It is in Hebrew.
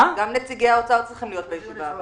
נציגי האוצר צריכים להיות בישיבה הבאה.